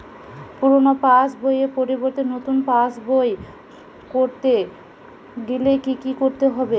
পুরানো পাশবইয়ের পরিবর্তে নতুন পাশবই ক রতে গেলে কি কি করতে হবে?